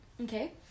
Okay